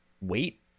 wait